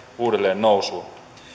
uudelleen nousuun